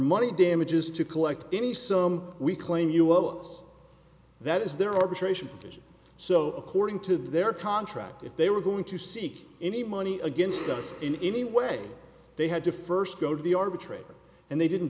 money damages to collect any sum we claim you owe us that is their arbitration so according to their contract if they were going to seek any money against us in any way they had to first go to the arbitrator and they didn't